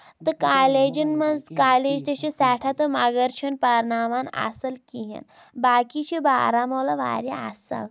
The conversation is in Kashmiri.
تہٕ کالیجن منٛز تہٕ کالیج تہِ چھِ سٮ۪ٹھاہ تہٕ مَگر چھِ نہٕ پَرناوان اَصٕل کِہینۍ باقٕے چھِ بارہمولہ واریاہ اَصٕل